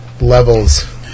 levels